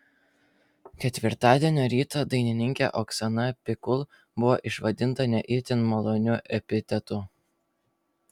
ketvirtadienio rytą dainininkė oksana pikul buvo išvadinta ne itin maloniu epitetu